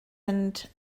and